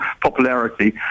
popularity